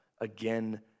again